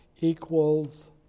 equals